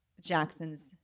Jackson's